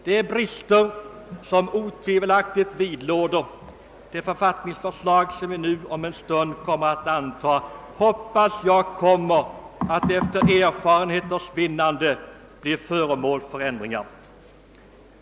De brister som otvivelaktigt vidlåder det författningsförslag vi om en stund kommer att anta skall, hoppas jag, efter erfarenheters vinnande kunna elimineras.